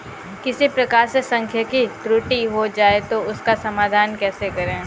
किसी प्रकार से सांख्यिकी त्रुटि हो जाए तो उसका समाधान कैसे करें?